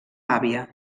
àvia